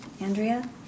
Andrea